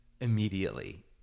immediately